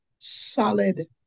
solid